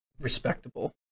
respectable